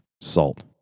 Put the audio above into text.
Salt